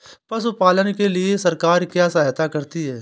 पशु पालन के लिए सरकार क्या सहायता करती है?